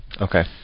Okay